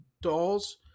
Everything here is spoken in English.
dolls